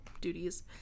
duties